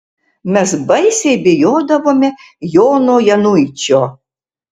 mes baisiai bijodavome jono januičio